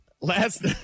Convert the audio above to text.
Last